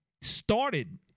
started